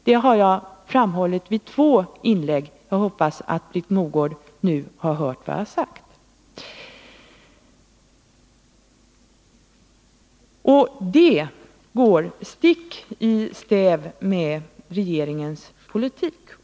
Detta har jag framhållit i två inlägg. Jag hoppas att Britt Mogård nu har hört vad jag har sagt. Min uppfattning går stick i stäv med regeringens politik.